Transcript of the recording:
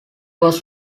was